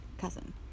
cousin